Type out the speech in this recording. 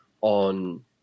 on